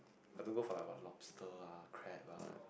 I don't go for like what lobster ah crab ah